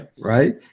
Right